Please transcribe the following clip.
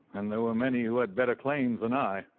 and there were many who had better claims than i.